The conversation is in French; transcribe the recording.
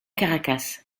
caracas